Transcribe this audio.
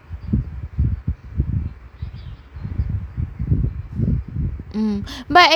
mm but actually